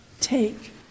Take